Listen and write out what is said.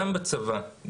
גם בצבא,